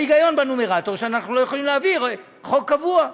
ההיגיון בנומרטור הוא שאנחנו לא יכולים להעביר חוק קבוע.